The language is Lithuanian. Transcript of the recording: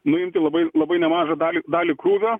nuimti labai labai nemažą dalį dalį krūvio